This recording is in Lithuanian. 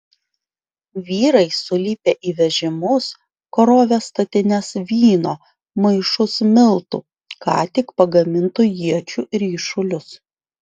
vyrai sulipę į vežimus krovė statines vyno maišus miltų ką tik pagamintų iečių ryšulius